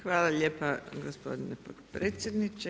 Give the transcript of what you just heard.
Hvala lijepa gospodine potpredsjedniče.